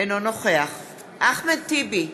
אינו נוכח אחמד טיבי,